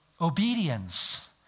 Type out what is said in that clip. Obedience